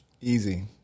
Easy